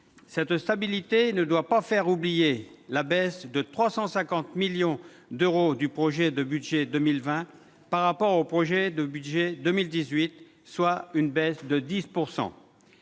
Cette stabilité ne doit pas faire oublier la baisse de 350 millions d'euros des crédits du projet de budget pour 2020 par rapport au budget pour 2018, soit une baisse de 10 %.